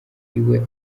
iwe